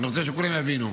אני רוצה שכולם יבינו.